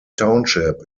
township